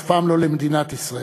אף פעם לא למדינת ישראל,